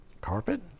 Carpet